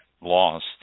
lost